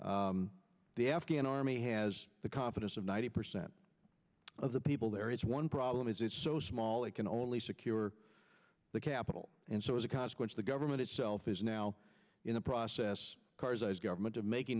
the afghan army has the confidence of ninety percent of the people there it's one problem is it's so small it can only secure the capital and so as a consequence the government itself is now in a process government of making